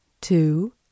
two